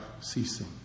ceasing